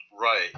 Right